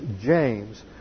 James